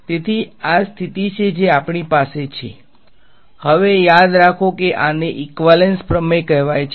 તેથી આ પરિસ્થિતિ છે જે આપણી પાસે છે હવે યાદ રાખો કે આને ઈક્વાલેંસ પ્રમેય કહેવાય છે